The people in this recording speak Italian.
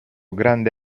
grande